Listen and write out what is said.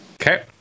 Okay